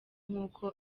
nkuko